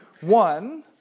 One